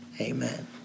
Amen